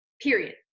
period